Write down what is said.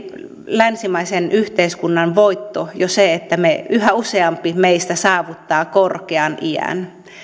länsimaisen yhteiskunnan voitto jo se että yhä useampi meistä saavuttaa korkean iän